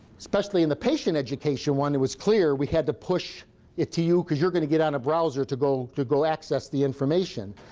especially in the patient education one it was clear we had to push it to you because you're going to get on a browser to go to go access the information,